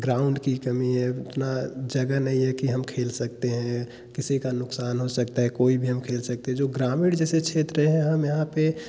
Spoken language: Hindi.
ग्राउंड की कमी है उतना जगह नहीं की हम खेल सकते हैं किसी का नुकसान हो सकता है कोई भी हम खेल सकते हैं जो ग्रामीण जैसे क्षेत्र है हम यहाँ पर